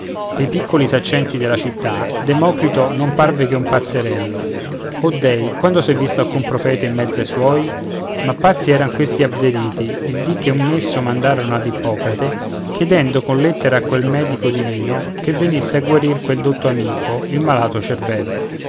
pei piccoli saccenti della città democrito non parve che un pazzerello o dèi quando s'è visto alcun profeta in mezzo a suoi ma pazzi eran questi abderiti il dì che un messo mandarono ad ippocrate chiedendo con lettere a quel medico divino che venisse a guarir del dotto amico il malato cervel